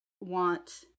want